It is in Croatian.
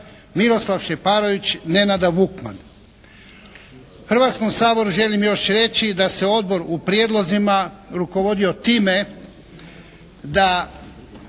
Miroslav Šeparović, Nenada Vukman. Hrvatskom saboru želim još reći da se Odbor u prijedlozima rukovodio time da